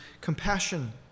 compassion